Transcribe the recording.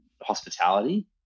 hospitality